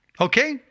Okay